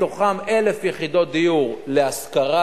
מהן 1,000 יחידות דיור להשכרה,